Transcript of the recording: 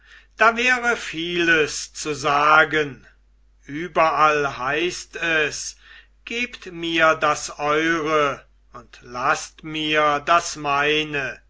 da wäre vieles zu sagen überall heißt es gebt mir das eure und laßt mir das meine